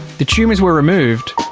the tumours were removed,